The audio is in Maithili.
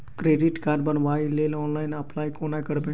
क्रेडिट कार्ड बनाबै लेल ऑनलाइन अप्लाई कोना करबै?